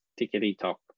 Tickety-tock